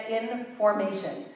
information